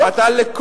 ההפחתה היא,